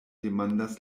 demandas